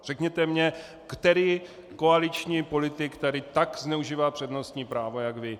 Řekněte mi, který koaliční politik tady tak zneužívá přednostní právo jak vy.